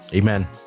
Amen